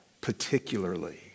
particularly